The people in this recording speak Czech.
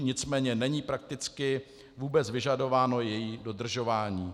Nicméně není prakticky vůbec vyžadováno její dodržování.